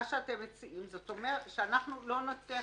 מה שאתם מציעים הוא שאנחנו לא נצליח